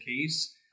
case